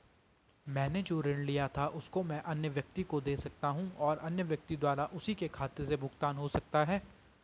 मैंने जो ऋण लिया था उसको मैं अन्य व्यक्ति को दें सकता हूँ और अन्य व्यक्ति द्वारा उसी के खाते से भुगतान हो सकता है?